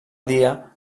dia